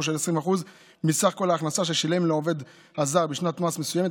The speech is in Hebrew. של 20% מסך כל ההכנסה ששילם לעובד הזר בשנת מס מסוימת.